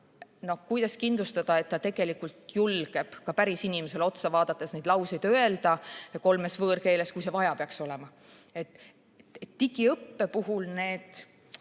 no kuidas kindlustada, et ta tegelikult julgeb ka päris inimesele otsa vaadates neid lauseid kolmes võõrkeeles öelda, kui vaja peaks olema? Digiõppe puhul on need